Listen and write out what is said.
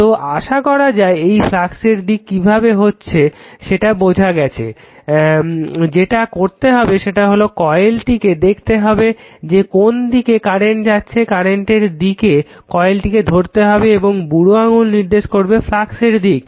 তো আশা করা যায় যে এই ফ্লাক্সের দিক কিভাবে এটা হচ্ছে সেটা বোঝা গেছে যেটা করতে হবে সেটা হলো কয়েলটিকে দেখতে হবে যে কোন দিকে কারেন্ট যাচ্ছে কারেন্টের দিকে কয়েলটিকে ধরতে হবে এবং বুড়ো আঙ্গুল নির্দেশ করবে ফ্লাক্সের দিক